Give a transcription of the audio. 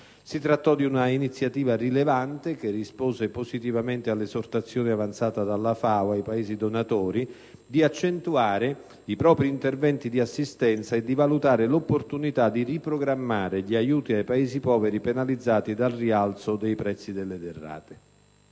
Si trattò di un'iniziativa rilevante, che rispose positivamente all'esortazione avanzata dalla FAO ai Paesi donatori di accentuare i propri interventi di assistenza e di valutare l'opportunità di riprogrammare gli aiuti ai Paesi poveri penalizzati dal rialzo dei prezzi delle derrate.